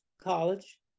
college